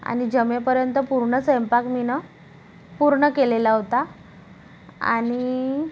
आणि जमेपर्यंत पूर्ण स्वैंपाक मीनं पूर्ण केलेला होता आणि